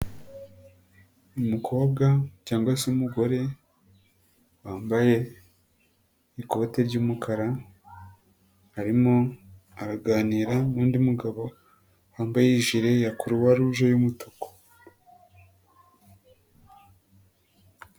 Umukobwa cyangwa se umugore wambaye ikote ry'umukara, arimo araganira n'undi mugabo wambaye ijire ya croi rouge y'umutuku.